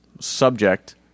subject